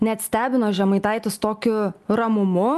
net stebino žemaitaitis tokiu ramumu